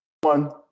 one